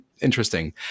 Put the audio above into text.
interesting